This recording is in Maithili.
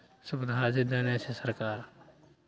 सुविधा जे देने छै सरकार